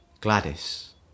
Gladys